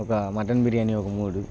ఒక మటన్ బిర్యానీ ఒక మూడు